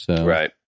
Right